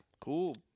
cool